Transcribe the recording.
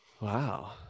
wow